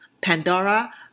Pandora